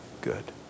good